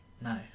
no